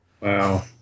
Wow